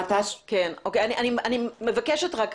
המט"ש --- אני מבקשת רק,